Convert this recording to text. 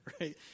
right